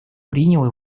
принял